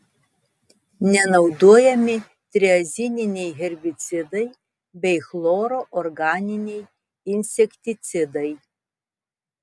nenaudojami triazininiai herbicidai bei chloro organiniai insekticidai